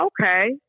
okay